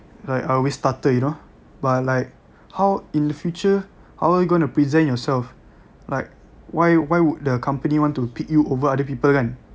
like I always stutter you know but like how in the future how are you gonna present yourself like why why would the company want to pick you over other people kan